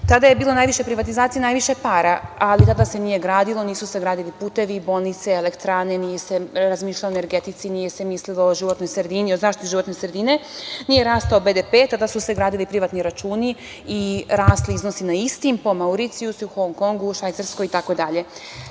je bilo najviše privatizacije, najviše para, ali tada se nije gradilo, nisu se gradili putevi, bolnice, elektrane, nije se razmišljalo o energetici, nije se mislilo o životnoj sredini, zaštiti životne sredine, nije rastao BDP. Tada su se gradili privatni računi i rasli iznosi na istim po Mauricijusu, Hong Kongu, Švajcarskoj itd. Onda